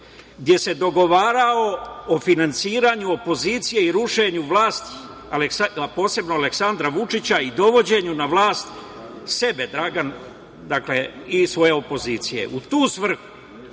gde se dogovarao o finansiranju opozicije i rušenju vlasti, a posebno Aleksandra Vučića, i dovođenju na vlast sebe i svoje opozicije. U tu svrhu